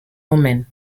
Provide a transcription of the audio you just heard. omen